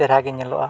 ᱪᱮᱨᱦᱟᱜᱮ ᱧᱮᱞᱚᱜᱼᱟ